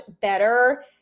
better